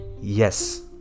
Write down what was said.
yes